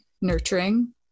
nurturing